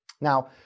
Now